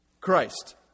Christ